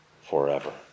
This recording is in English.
forever